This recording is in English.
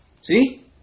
See